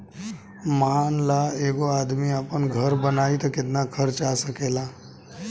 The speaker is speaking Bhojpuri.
मान ल एगो आदमी आपन घर बनाइ त केतना खर्च आ सकेला